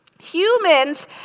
Humans